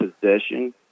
possession